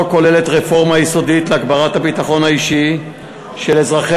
כוללת רפורמה יסודית להגברת הביטחון האישי של אזרחי